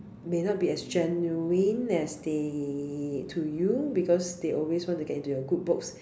may not be as genuine as they to you because they always want to get into your good books